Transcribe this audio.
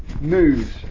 news